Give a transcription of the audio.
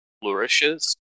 flourishes